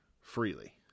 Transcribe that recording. freely